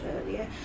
earlier